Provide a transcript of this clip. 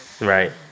Right